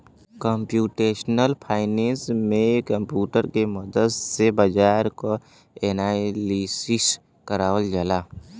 computational finance में computer के मदद से बाजार क एनालिसिस करल जाला